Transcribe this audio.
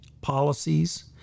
policies